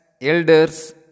elders